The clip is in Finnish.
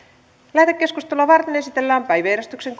lähetekeskustelua varten esitellään päiväjärjestyksen